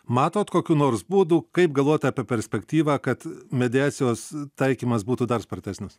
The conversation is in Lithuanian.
matot kokių nors būdų kaip galvot apie perspektyvą kad mediacijos taikymas būtų dar spartesnis